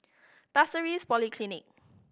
Pasir Ris Polyclinic